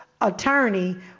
attorney